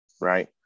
right